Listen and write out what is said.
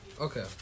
Okay